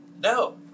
No